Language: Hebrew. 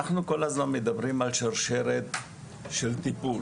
אנחנו כל הזמן מדברים על שרשרת של טיפול.